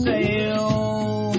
Sale